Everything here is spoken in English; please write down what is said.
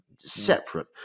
separate